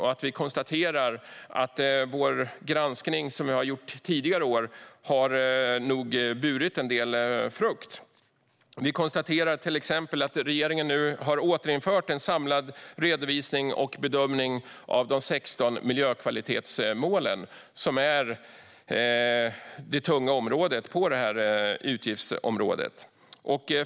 Och granskningar som vi har gjort tidigare har nog burit en del frukt. Till exempel har regeringen nu återinfört en samlad redovisning och bedömning av de 16 miljökvalitetsmålen, som är det tunga området inom det här utgiftsområdet.